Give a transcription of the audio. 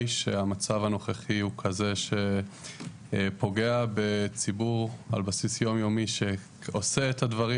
שהמצב הנוכחי הוא כזה שפוגע בציבור על בסיס יום-יומי שעושה את הדברים